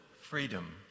freedom